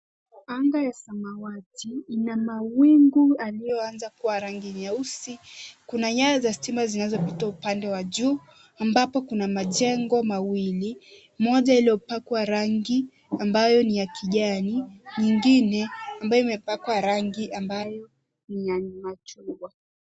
Anga ya samawati ina mawingu iliyoanza kuwa rangi nyeusi. Kuna nyaya za stima zinazopita upande wa juu ambapo kuna majengo mawili, moja iliyopakwa rangi ambayo ni ya kijani. Nyingine ambayo imepakwa rangi ambayo ni ya machungwa.